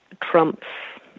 Trump's